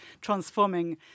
transforming